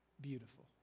beautiful